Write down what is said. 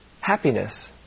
happiness